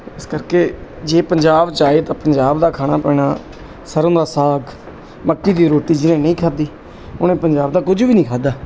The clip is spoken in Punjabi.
ਇਸ ਕਰਕੇ ਜੇ ਪੰਜਾਬ 'ਚ ਆਏ ਤਾਂ ਪੰਜਾਬ ਦਾ ਖਾਣਾ ਪੀਣਾ ਸਰੋਂ ਦਾ ਸਾਗ ਮੱਕੀ ਦੀ ਰੋਟੀ ਜਿਹਨੇ ਨਹੀਂ ਖਾਧੀ ਉਹਨੇ ਪੰਜਾਬ ਦਾ ਕੁਝ ਵੀ ਨਹੀਂ ਖਾਧਾ